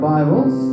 Bibles